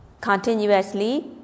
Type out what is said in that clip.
continuously